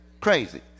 Crazy